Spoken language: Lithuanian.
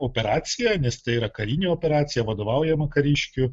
operaciją nes tai yra karinė operacija vadovaujama kariškių